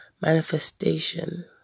manifestation